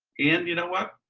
and you know what?